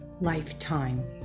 lifetime